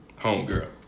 homegirl